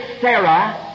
Sarah